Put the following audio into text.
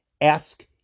Ask